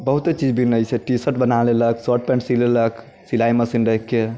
बहुते चीज बिनैत छै टीशर्ट बना लेलक शर्ट पैंट सी लेलक सिलाइ मशीन राखिके